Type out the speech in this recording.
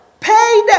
Paid